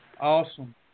Awesome